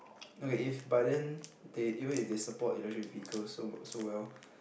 no if but then they even if they support electric vehicles so so well